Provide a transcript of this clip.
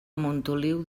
montoliu